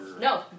no